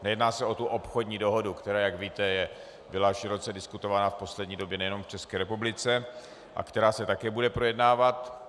Nejedná se o tu obchodní dohodu, která, jak víte, byla široce diskutovaná v poslední době nejen v České republice a která se také bude projednávat.